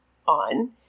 on